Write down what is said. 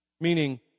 Meaning